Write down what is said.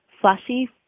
flashy